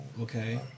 Okay